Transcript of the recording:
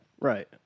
Right